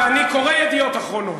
ואני קורא "ידיעות אחרונות".